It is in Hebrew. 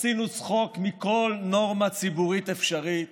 עשינו צחוק מכל נורמה ציבורית אפשרית,